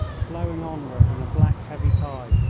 flowing onward in a black, heavy tide,